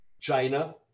China